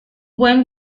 buen